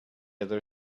other